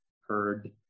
heard